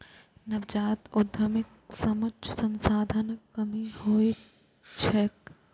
नवजात उद्यमीक समक्ष संसाधनक कमी होइत छैक